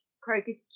Crocus